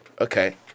Okay